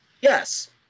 Yes